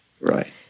Right